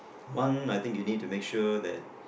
one I think you need to make sure that